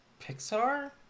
Pixar